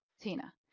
Tina